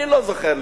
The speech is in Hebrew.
אני לא זוכר,